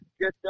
good